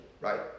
right